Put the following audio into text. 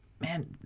man